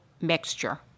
mixture